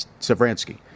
Savransky